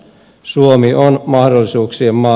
suomi on mahdollisuuksien maa